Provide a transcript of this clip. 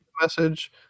message